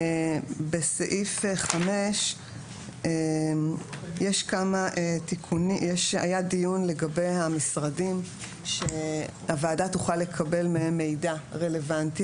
בסעיף 5 היה פה דיון לגבי המשרדים שהוועדה תוכל לקבל מהם מידע רלוונטי.